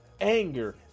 anger